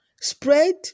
Spread